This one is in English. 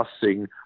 discussing